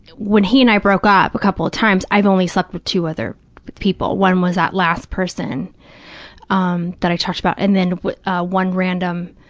when he and i broke up a couple of times, i've only slept with two other people. one was that last person um that i talked about, and then ah one random,